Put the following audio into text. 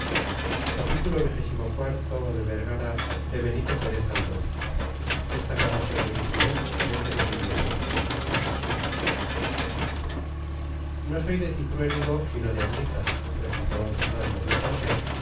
no soy de cintruénigo sino de ablitas replicó d fernando muy cortés